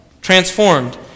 Transformed